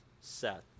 Seth